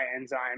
enzyme